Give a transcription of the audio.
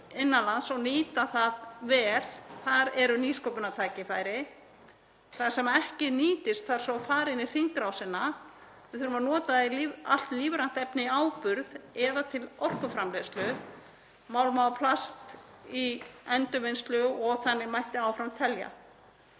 innan lands og nýta það vel. Þar eru nýsköpunartækifæri. Það sem ekki nýtist þarf svo að fara inn í hringrásina. Við þurfum að nota allt lífrænt efni í áburð eða til orkuframleiðslu, málma og plast í endurvinnslu og þannig mætti áfram telja.